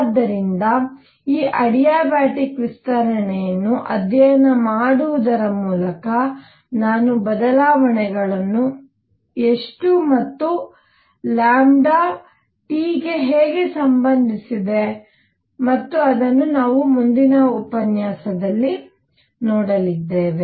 ಆದ್ದರಿಂದ ಈ ಅಡಿಯಾಬಾಟಿಕ್ ವಿಸ್ತರಣೆಯನ್ನು ಅಧ್ಯಯನ ಮಾಡುವುದರ ಮೂಲಕ ನಾನು ಬದಲಾವಣೆಗಳು ಎಷ್ಟು ಮತ್ತು ಆ ಲ್ಯಾಂಬ್ಡಾ T ಗೆ ಹೇಗೆ ಸಂಬಂಧಿಸಿದೆ ಮತ್ತು ಅದನ್ನು ನಾವು ಮುಂದಿನ ಉಪನ್ಯಾಸ ದಲ್ಲಿ ಮಾಡಲಿದ್ದೇವೆ